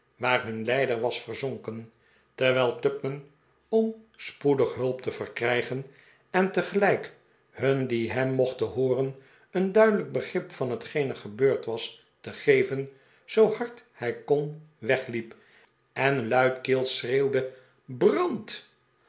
waar hun leider was verzonken terwijl tupman om spoedig hulp te verkrijgen en tegelijk hun die hem mochten hooren een duidelijk begrip van hetgeen er gebeurd was te geven zoo hard hij kon wegliep en luidkeels schreeuwde brand